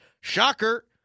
Shocker